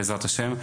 בעזרת השם.